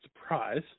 surprise